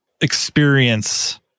experience